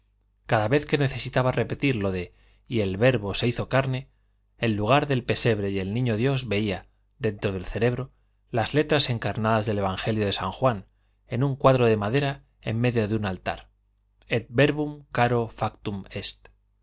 cada vez que necesitaba repetir lo de y el verbo se hizo carne en lugar del pesebre y el niño dios veía dentro del cerebro las letras encarnadas del evangelio de san juan en un cuadro de madera en medio de un altar et verbum caro factum